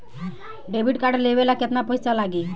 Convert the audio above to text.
Debit card लेवे ला केतना पईसा लागी?